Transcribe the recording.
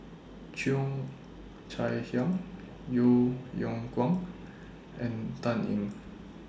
Cheo Chai Hiang Yeo Yeow Kwang and Dan Ying